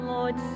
Lord